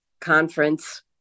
conference